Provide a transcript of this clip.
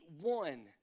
one